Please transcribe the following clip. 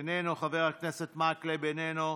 איננו, חבר הכנסת מקלב, איננו,